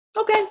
Okay